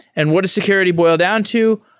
and what does security boiled down to?